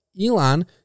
Elon